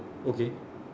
okay